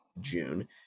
June